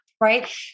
right